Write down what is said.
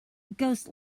ghost